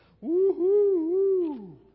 Woo-hoo